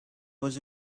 was